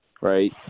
right